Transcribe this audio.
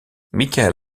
michael